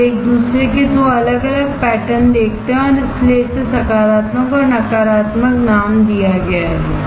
आप एक दूसरे के दो अलग अलग पैटर्न देखते हैं और इसीलिए इसे सकारात्मक और नकारात्मक नाम दिया गया है